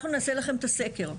אנחנו נעשה לכם את הסקר.